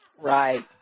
Right